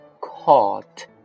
caught